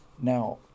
Now